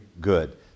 good